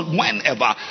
whenever